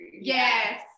Yes